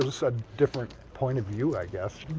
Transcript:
it's a different point of view, i guess.